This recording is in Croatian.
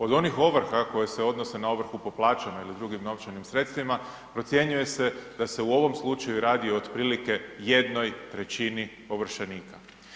Od onih ovrha koje se odnose na ovrhu po plaćama ili drugim novčanim sredstvima procjenjuje se da se u ovom slučaju radi otprilike jednoj trećini ovršenika.